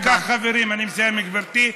לשם כך, חברים, אני מסיים, גברתי,